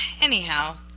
anyhow